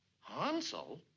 Hansel